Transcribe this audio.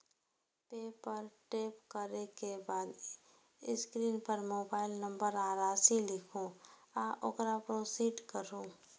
पे पर टैप करै के बाद स्क्रीन पर मोबाइल नंबर आ राशि लिखू आ ओकरा प्रोसीड करू